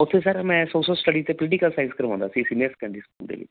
ਉੱਥੇ ਸਰ ਮੈਂ social study ਅਤੇ ਪੋਲੀਟੀਕਲ ਸਾਇੰਸ ਕਰਾਉਂਦਾ ਸੀ ਸੀਨੀਅਰ ਸੈਕੰਡਰੀ ਸਕੂਲ ਦੇ ਵਿੱਚ